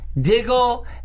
Diggle